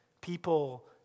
people